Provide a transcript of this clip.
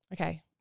Okay